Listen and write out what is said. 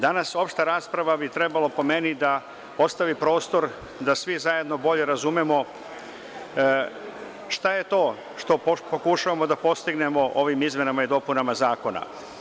Danas opšta rasprava bi trebala, po meni, da ostavi prostor da svi zajedno bolje razumemo šta je to što pokušavamo da postignemo ovim izmenama i dopunama zakona.